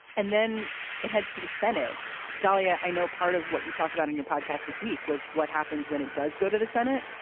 and then it heads to the senate dalia, i know part of what you talked about in your podcast this week was what happens when it does go to the senate.